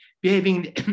behaving